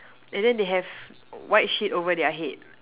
and then they have white sheet over their head